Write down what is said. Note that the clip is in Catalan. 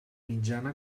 mitjana